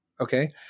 Okay